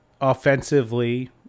offensively